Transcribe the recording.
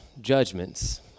judgments